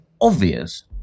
obvious